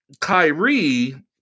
Kyrie